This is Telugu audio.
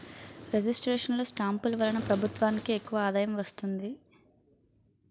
రిజిస్ట్రేషన్ లో స్టాంపులు వలన ప్రభుత్వానికి ఎక్కువ ఆదాయం వస్తుంది